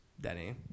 Denny